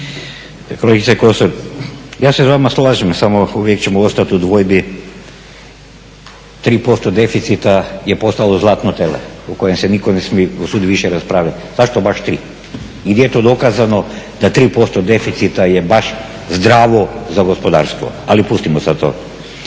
Kosor, ja se s vama slažem samo uvijek ćemo ostati u dvojbi tri posto deficita je postalo zlatno tele o kojem se nitko ne usudi više raspravljati. Zašto baš tri? I gdje je to dokazano da 3% deficita je baš zdravo za gospodarstvo, ali pustimo sad to.